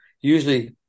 usually